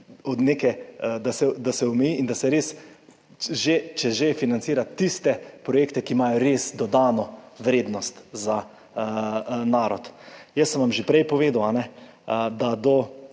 res nekaj, da se omeji in da se res že, če že financira tiste projekte, ki imajo res dodano vrednost za narod. Jaz sem vam že prej povedal, da do